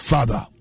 Father